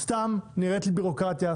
סתם נראית לי בירוקרטיה,